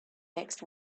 next